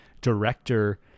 director